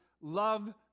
love